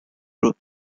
group